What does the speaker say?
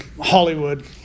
Hollywood